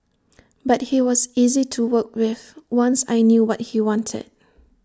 but he was easy to work with once I knew what he wanted